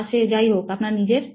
তা সে যাই হোক আপনার নিজের